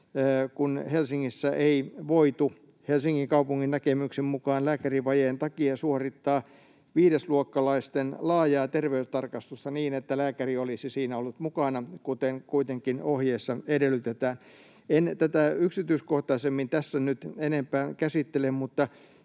Helsingissä ei voitu Helsingin kaupungin näkemyksen mukaan lääkärivajeen takia suorittaa viidesluokkalaisten laajaa terveystarkastusta niin, että lääkäri olisi siinä ollut mukana, kuten kuitenkin ohjeessa edellytetään. En tätä yksityiskohtaisemmin tässä nyt enempää käsittele,